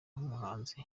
nk’umuhanzi